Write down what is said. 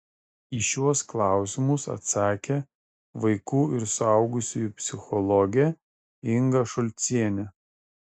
į šiuos klausimus atsakė vaikų ir suaugusiųjų psichologė inga šulcienė